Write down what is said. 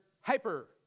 hyper